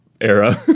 era